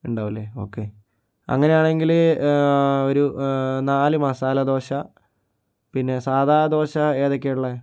ഉണ്ടാവും അല്ലേ ഓക്കേ അങ്ങനെയാണെങ്കില് ഒരു നാല് മസാലദോശ പിന്നെ സാധാദോശ ഏതൊക്കെയാണ് ഉള്ളത്